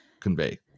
convey